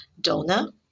donor